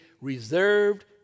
reserved